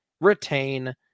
retain